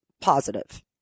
positive